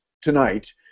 tonight